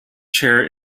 chair